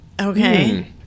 okay